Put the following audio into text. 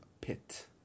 pit